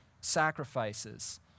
sacrifices